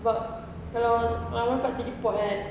sebab kalau I dapat teleport kan